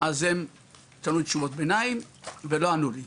אז אומרים תשובות ביניים ולא ענו לי,